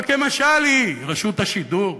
אבל כמשל היא רשות השידור,